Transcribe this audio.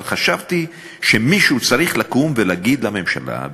אבל חשבתי שמישהו צריך לקום ולהגיד לממשלה,